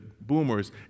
boomers